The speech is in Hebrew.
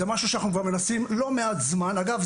זה משהו שאנחנו מנסים לא מעט זמן אגב,